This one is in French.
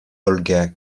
olga